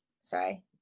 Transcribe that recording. Sorry